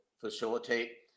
facilitate